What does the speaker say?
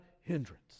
hindrance